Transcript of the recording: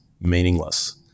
meaningless